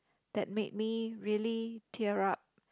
that made me really tear up